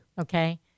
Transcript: Okay